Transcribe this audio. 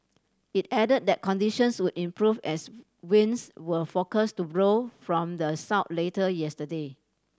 it added that conditions would improve as winds were forecast to blow from the south later yesterday